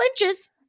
inches